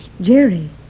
Jerry